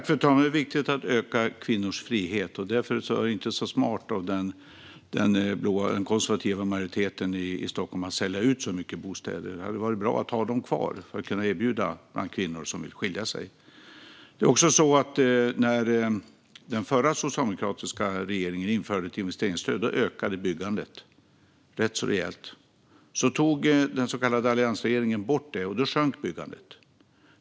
Fru talman! Det är viktigt att öka kvinnors frihet. Därför är det inte så smart av den konservativa majoriteten i Stockholm att sälja ut så många bostäder. Det hade varit bra att ha dem kvar för att kunna erbjuda dem till kvinnor som vill skilja sig. När den förra socialdemokratiska regeringen införde ett investeringsstöd ökade byggandet rätt rejält. Sedan tog den så kallade alliansregeringen bort stödet, och då sjönk byggandet.